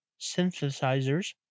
synthesizers